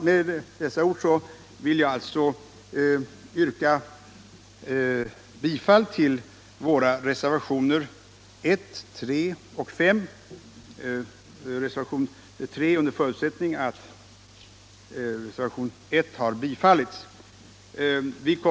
Med dessa ord vill jag yrka bifall till våra reservationer 1, 3 och 5, till reservationen 3 under förutsättning att reservationen 1 vinner kammarens bifall.